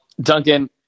Duncan